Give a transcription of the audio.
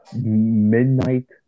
midnight